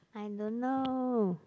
I don't know